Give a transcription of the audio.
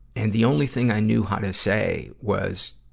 and the only thing i knew how to say was,